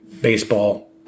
baseball